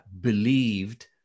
believed